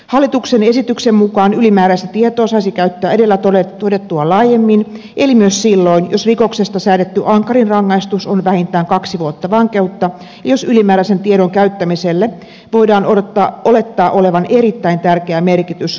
hallituksen esityksen mukaan ylimääräistä tietoa saisi käyttää edellä todettua laajemmin eli myös silloin jos rikoksesta säädetty ankarin rangaistus on vähintään kaksi vuotta vankeutta ja jos ylimääräisen tiedon käyttämisellä voidaan olettaa olevan erittäin tärkeä merkitys rikoksen selvittämiselle